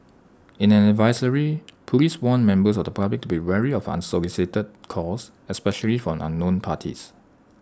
in an advisory Police warned members of the public to be wary of unsolicited calls especially from unknown parties